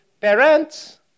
parents